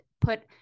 put